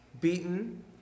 beaten